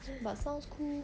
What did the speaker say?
but sounds cool